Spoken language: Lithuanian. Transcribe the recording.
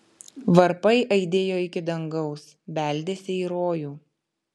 varpai aidėjo iki dangaus beldėsi į rojų